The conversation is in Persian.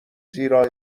زیرا